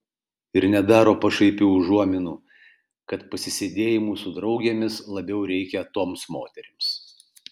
ir nedaro pašaipių užuominų kad pasisėdėjimų su draugėmis labiau reikia toms moterims